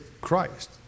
Christ